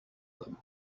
them